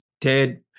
Ted—